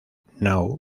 now